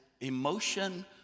emotion